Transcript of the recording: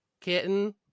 Kitten